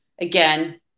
again